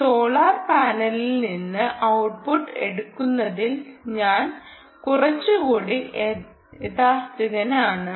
ഒരു സോളാർ പാനലിൽ നിന്ന് ഔട്ട്പുട്ട് എടുക്കുന്നതിൽ ഞാൻ കുറച്ചുകൂടി യാഥാസ്ഥിതികനാണ്